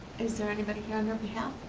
is there anybody here on her behalf?